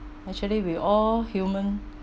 actually we all human